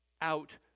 out